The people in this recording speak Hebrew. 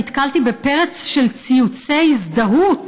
נתקלתי בפרץ של ציוצי הזדהות,